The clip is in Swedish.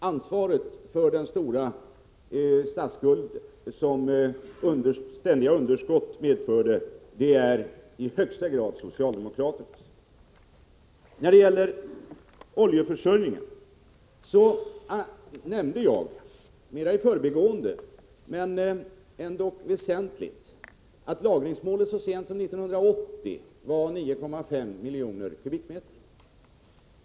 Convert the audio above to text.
Ansvaret för den stora statsskulden, som ständiga underskott medförde, är i högsta grad socialdemokraternas. Beträffande oljeförsörjningen nämnde jag mera i förbigående, men det är ändå väsentligt, att lagringsmålet så sent som år 1980 var 9,5 miljoner m?.